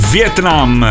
Vietnam